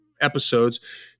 episodes